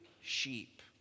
sheep